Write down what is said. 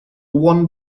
one